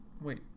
Wait